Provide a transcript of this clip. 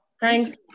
Thanks